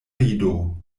rido